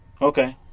Okay